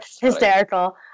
hysterical